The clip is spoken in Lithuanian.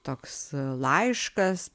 toks laiškas